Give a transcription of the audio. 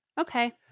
Okay